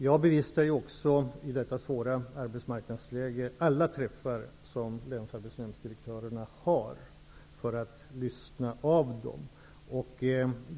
Jag bevistar i denna svåra arbetsmarknadssituation alla träffar som länsarbetsnämndsdirektörerna har för att lyssna av dem.